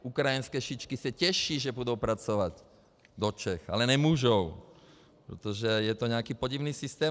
Ukrajinské šičky se těší, že půjdou pracovat do Čech, ale nemůžou, protože je to nějaký podivný systém.